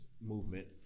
movement